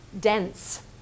dense